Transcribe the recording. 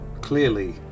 clearly